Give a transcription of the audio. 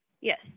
Yes